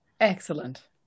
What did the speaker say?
Excellent